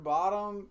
Bottom